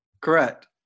Correct